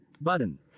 button